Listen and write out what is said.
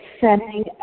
setting